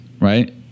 right